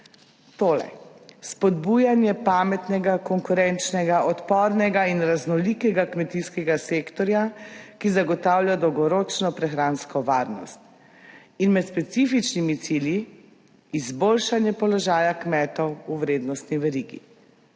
tole spodbujanje pametnega, konkurenčnega, odpornega in raznolikega kmetijskega sektorja, ki zagotavlja dolgoročno prehransko varnost in med specifičnimi cilji izboljšanje položaja kmetov v vrednostni verigi,